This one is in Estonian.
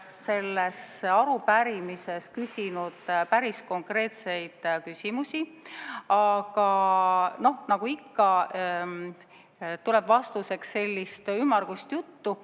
selles arupärimises küsinud päris konkreetseid küsimusi, aga nagu ikka tuleb vastuseks sellist ümmargust juttu.